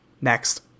Next